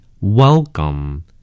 welcome